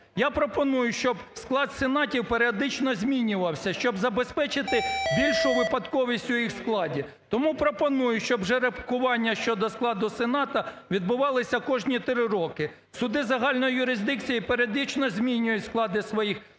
Я пропоную, щоб склад сенатів періодично змінювався, щоб забезпечити більшу випадковість у їх складі. Тому пропоную, щоб жеребкування щодо складу сенату відбувалися кожні три роки. Суди загальної юрисдикції періодично змінюють склади своїх